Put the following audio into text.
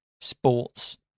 sports